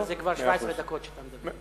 אבל זה כבר 17 דקות שאתה מדבר.